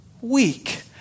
weak